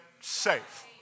safe